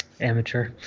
Amateur